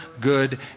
good